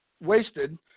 wasted